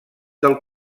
del